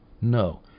No